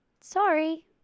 sorry